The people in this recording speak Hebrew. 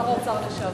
שר האוצר לשעבר.